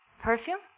Perfume